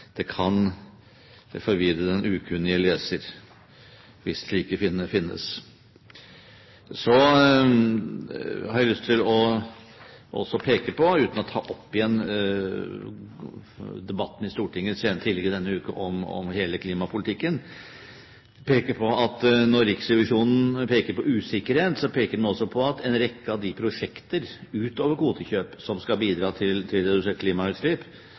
det kan forvirre den ukunnige leser, hvis slike finnes. Så har jeg også lyst til å peke på, uten å ta opp igjen debatten i Stortinget tidligere denne uken om hele klimapolitikken, at når Riksrevisjonen peker på usikkerhet, så peker de også på at en rekke av de prosjekter utover kvotekjøp som skal bidra til reduserte klimautslipp, er prosjekter som har vært utsatt. Det er det mange årsaker til.